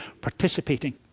participating